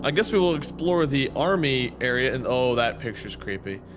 ah guess we will explore the army area and oh that picture is creepy.